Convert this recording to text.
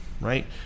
right